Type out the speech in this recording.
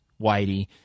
Whitey